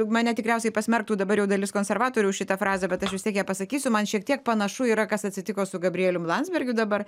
mane tikriausiai pasmerktų dabar jau dalis konservatorių už šitą frazę bet aš vis tiek ją pasakysiu man šiek tiek panašu yra kas atsitiko su gabrielium landsbergiu dabar